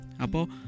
Apo